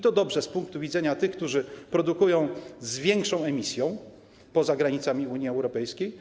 To dobry pomysł z punktu widzenia tych, którzy produkują z większą emisją poza granicami Unii Europejskiej.